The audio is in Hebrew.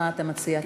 מה אתה מציע?